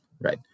right